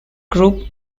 group